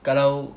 kalau